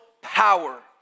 power